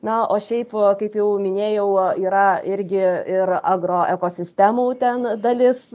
na o šiaip kaip jau minėjau yra irgi ir agro ekosistemų ten dalis